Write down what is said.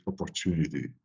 opportunity